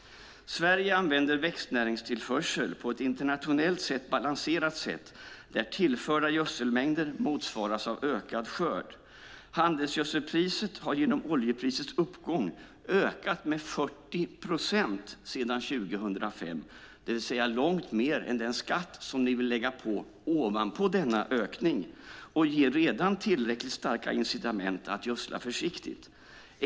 Sverige använder växtnäringstillförsel på ett internationellt sett balanserat sätt där tillförda gödselmängder motsvaras av ökad skörd. Handelsgödselpriset har genom oljeprisets uppgång ökat med 40 procent sedan 2005, det vill säga långt mer än den skatt som ni vill lägga ovanpå denna ökning, och ger redan tillräckligt starka incitament att gödsla försiktigt.